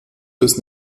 bis